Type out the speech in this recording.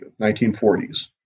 1940s